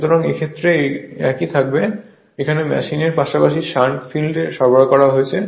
সুতরাং এই ক্ষেত্রেও একই থাকবে এখানে মেশিনের পাশাপাশি শান্ট ফিল্ডে সরবরাহ করছে